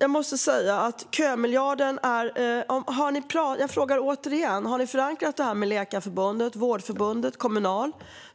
Angående kömiljarden frågar jag återigen Acko Ankarberg Johansson: Har ni förankrat detta med Läkarförbundet, Vårdförbundet och Kommunal?